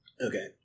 Okay